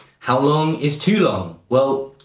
how long is too long? well,